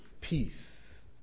peace